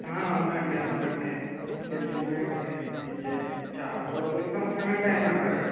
అవునండీ అవునండీ తెలిసిందే అండీ చాలా రోజుల నుండి ఉంటున్నారండి ఆయన అలాగా